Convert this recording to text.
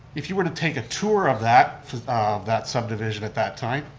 if you were to take a tour of that of that subdivision at that time,